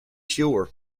sure